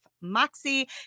moxie